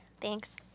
Thanks